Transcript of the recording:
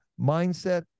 Mindset